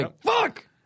fuck